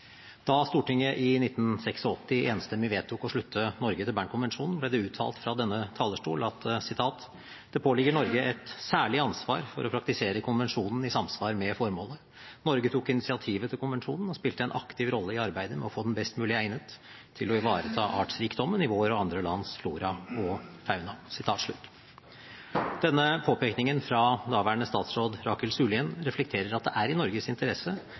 Da Stortinget i 1986 enstemmig vedtok å slutte Norge til Bern-konvensjonen, ble det uttalt fra denne talerstol at «det påligger Norge et særlig ansvar for å praktisere konvensjonen i samsvar med formålet. Norge tok initiativet til konvensjonen og spilte en aktiv rolle i arbeidet med å få den best mulig egnet til å ivareta artsrikdommen i vår og andre lands flora og fauna.» Denne påpekningen fra daværende statsråd Rakel Surlien reflekterer at det er i Norges interesse